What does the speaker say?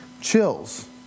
chills